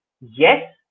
Yes